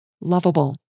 lovable